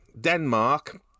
Denmark